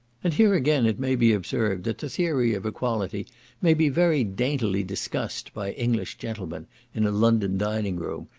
and here again it may be observed, that the theory of equality may be very daintily discussed by english gentlemen in a london dining-room,